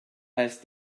als